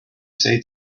say